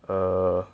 err